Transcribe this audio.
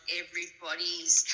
everybody's